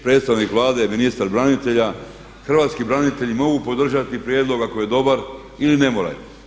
Predstavnik Vlade ministar branitelja, hrvatski branitelji mogu podržati prijedlog ako je dobar ili ne moraju.